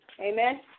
Amen